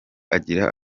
agira